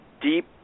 deep